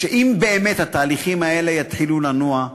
שאם באמת התהליכים האלה יתחילו לנוע,